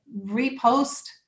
repost